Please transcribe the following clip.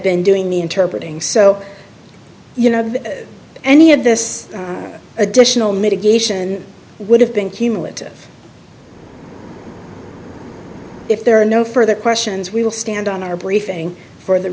been doing the inter breeding so you know any of this additional mitigation would have been cumulative if there are no further questions we will stand on our briefing for the